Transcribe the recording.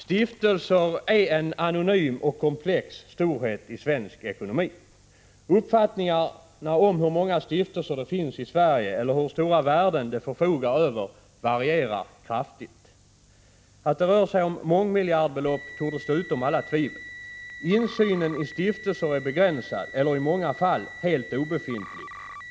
Stiftelser är en anonym komplex storhet i svensk ekonomi. Uppfattningarna om hur många stiftelser det finns i Sverige eller hur stora värden de förfogar över varierar kraftigt. Att det rör sig om mångmiljardbelopp torde stå utom alla tvivel. Insynen i stiftelser är begränsad eller i många fall helt obefintlig.